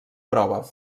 prova